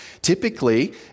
Typically